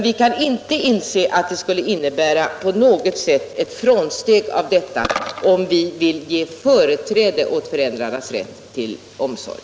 Vi kan inte inse att det på något sätt kan innebära ett frångående av denna princip om vi vill ge ett företräde för föräldrarnas rätt till omsorg.